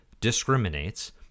discriminates